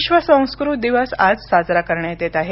विश्व संस्कृत दिवस आज साजरा करण्यात येत आहे